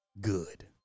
good